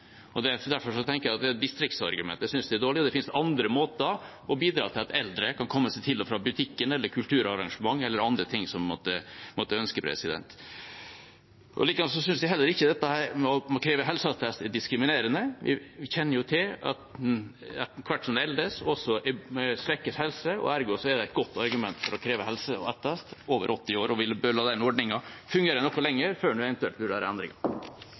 Derfor synes jeg at distriktsargumentet er dårlig. Det finnes andre måter å bidra til at eldre kan komme seg til og fra butikken eller kulturarrangement eller andre ting de måtte ønske. Likedan synes jeg ikke at å kreve helseattest er diskriminerende. Vi kjenner til at etter hvert som vi eldes, får vi svekket helse. Ergo er det et godt argument for å kreve helseattest for dem over 80 år, og vi bør la den ordningen fungere noe lenger før det eventuelt blir gjort endringer.